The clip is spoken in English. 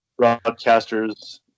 broadcasters